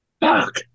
Fuck